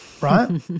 right